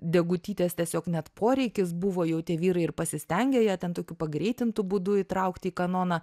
degutytės tiesiog net poreikis buvo jau tie vyrai ir pasistengė ją ten tokiu pagreitintu būdu įtraukti į kanoną